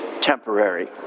temporary